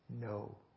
No